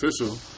official